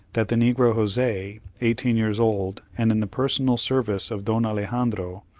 that the negro, jose, eighteen years old, and in the personal service of don alexandro,